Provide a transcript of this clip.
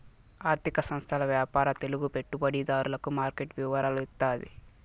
ఆర్థిక సంస్థల వ్యాపార తెలుగు పెట్టుబడిదారులకు మార్కెట్ వివరాలు ఇత్తాది